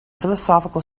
philosophical